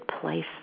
place